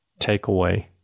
takeaway